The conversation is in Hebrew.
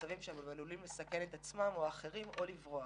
חלקם עלולים לסכן את עצמם ואחרים ואפילו לברוח.